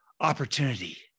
opportunity